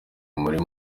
murima